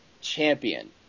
champion